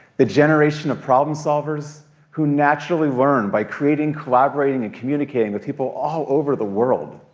the generation of problem solvers who naturally learn by creating, collaborating, and communicating with people all over the world.